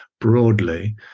broadly